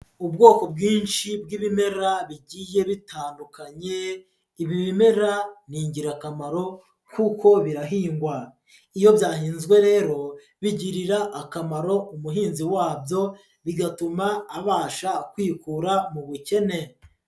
Ubwoko bwinshi bw'ibimera bigiye bitandukanye, ibi bimera ni ingirakamaro kuko birahingwa, iyo byahinzwe rero bigirira akamaro umuhinzi wabyo bigatuma abasha kwikura mu bukene.